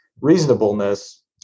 reasonableness